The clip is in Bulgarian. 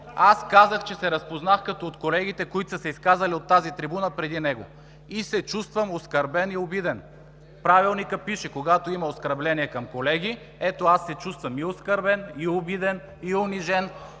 Аз казах, че се разпознах като един от колегите, които са се изказали от тази трибуна преди него и се чувствам оскърбен и обиден. В Правилника пише: „Когато има оскърбление към колеги“… Ето, аз се чувствам и оскърбен, и обиден, и унижен.